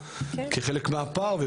כחלק מהפער שעלה,